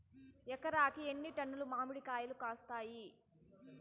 ఎకరాకి ఎన్ని టన్నులు మామిడి కాయలు కాస్తాయి?